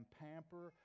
pamper